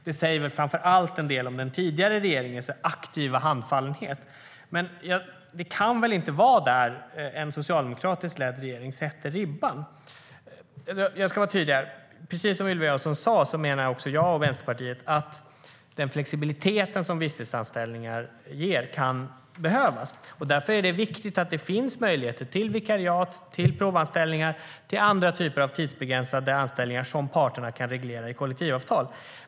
Det säger väl framför allt en del om den tidigare regeringens aktiva handfallenhet. Men det kan väl inte vara där en socialdemokratiskt ledd regering sätter ribban? Jag ska vara tydlig här. Precis som Ylva Johansson menar också jag och Vänsterpartiet att den flexibilitet som visstidsanställningar ger kan behövas. Därför är det viktigt att det finns möjligheter till vikariat, provanställningar och andra typer av tidsbegränsade anställningar som parterna kan reglera i kollektivavtal.